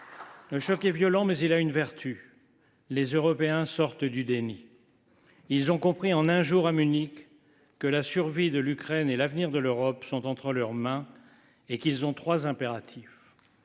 Le choc est violent, mais il a une vertu : les Européens sortent du déni. Exactement ! Ils ont compris en un jour, à Munich, que la survie de l’Ukraine et l’avenir de l’Europe sont entre leurs mains, et que trois impératifs